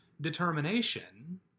determination